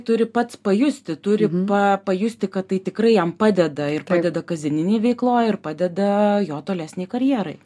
turi pats pajusti turi pa pajusti kad tai tikrai jam padeda ir padeda kasdieninėj veikloj ir padeda jo tolesnei karjerai